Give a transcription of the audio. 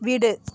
வீடு